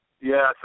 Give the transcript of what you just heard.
Yes